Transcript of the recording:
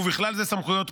ובכלל זה סמכויות פיקוח,